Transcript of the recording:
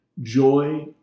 Joy